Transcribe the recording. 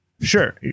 Sure